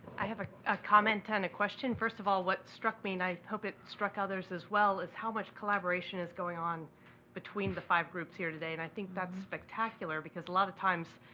i have a ah comment on and a question. first of all, what struck me, and i hope it struck others as well, is how much collaboration is going on between the five groups here today. and i think that's spectacular because a lot of times,